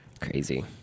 Crazy